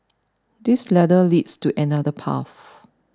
this ladder leads to another path